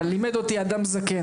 אבל לימד אותי אדם זקן,